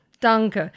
Danke